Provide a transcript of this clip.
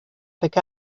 pick